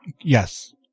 Yes